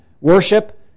worship